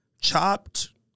Chopped